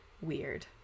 weird